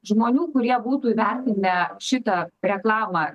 žmonių kurie būtų įvertinę šitą reklamą